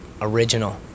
original